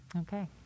Okay